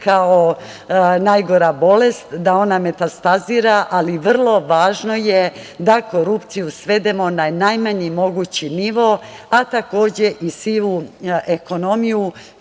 kao najgora bolest, da ona metastazira, ali vrlo važno je da korupciju svedemo na najmanji mogući nivo, a takođe i sivu ekonomiju